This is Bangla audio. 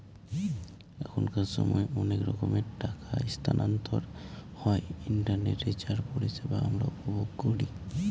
এখনকার সময় অনেক রকমের টাকা স্থানান্তর হয় ইন্টারনেটে যার পরিষেবা আমরা উপভোগ করি